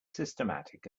systematic